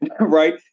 Right